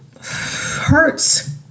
hurts